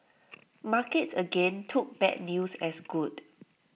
markets again took bad news as good